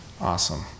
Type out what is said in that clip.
Awesome